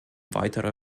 weitere